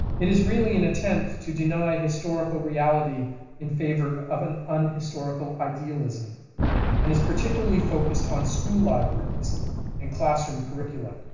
it is really an attempt to deny historical reality in favor of an unhistorical idealism and is particularly focused on school libraries and classroom curricula.